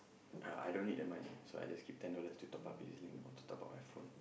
yeah I don't need the money so I just keep ten dollars to top up E_Z-link or top up my phone